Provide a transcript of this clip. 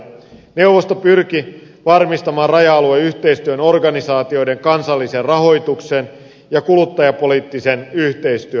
neuvosto pyrki varmistamaan raja alueyhteistyön organisaatioiden kansallisen rahoituksen ja kuluttajapoliittisen yhteistyön